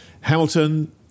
Hamilton